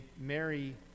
Mary